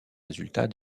résultats